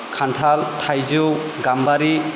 खान्थाल थायजौ गाम्बारि